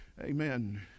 Amen